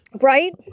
Right